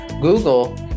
Google